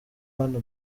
hano